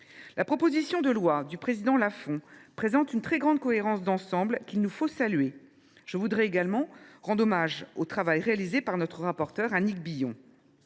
La proposition de loi du président Lafon présente une très grande cohérence d’ensemble, qu’il nous faut saluer. Je tiens également à rendre hommage au travail réalisé par notre rapporteure, Annick Billon.